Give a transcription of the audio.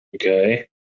okay